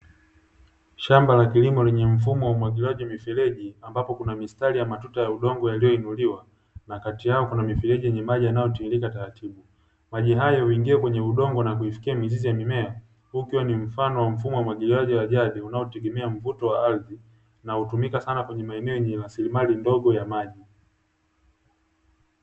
Shamba la kilimo lenye mfumo wa umwagiliaji wa mifereji ambapo kuna mistari ya matuta ya udongo yaliyoinuliwa na kati yao kuna mifereji yenye maji yanayotiririka taratibu; Maji hayo huingia kwenye udongo na kuifikia mizizi ya mimea huu ukiwa na mfano wa mfumo wa umwagiliaji wa jadi unaotegemea mvuto wa ardhi unaotumika sana kwenye maeneo yenye rasilimali ndogo ya maji.